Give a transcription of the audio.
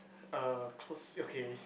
uh close okay